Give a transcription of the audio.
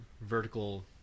vertical